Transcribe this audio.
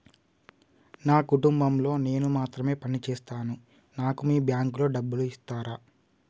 నా కుటుంబం లో నేను మాత్రమే పని చేస్తాను నాకు మీ బ్యాంకు లో డబ్బులు ఇస్తరా?